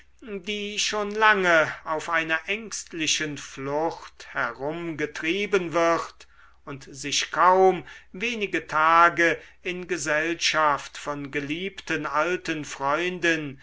die schon lange auf einer ängstlichen flucht herumgetrieben wird und sich kaum wenige tage in gesellschaft von geliebten alten freunden